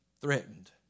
threatened